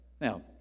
Now